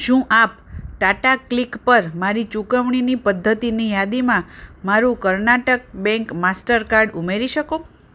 શું આપ ટાટા ક્લિક પર મારી ચુકવણી પદ્ધતિની યાદીમાં મારું કર્ણાટક બેંક માસ્ટરકાર્ડ ઉમેરી શકો